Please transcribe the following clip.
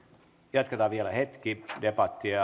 jatketaan vielä hetki debattia